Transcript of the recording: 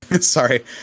Sorry